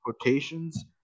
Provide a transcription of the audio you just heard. quotations